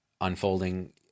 unfolding